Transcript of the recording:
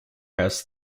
has